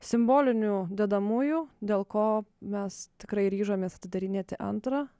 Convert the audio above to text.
simbolinių dedamųjų dėl ko mes tikrai ryžomės atidarinėti antrą